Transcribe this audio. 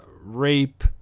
rape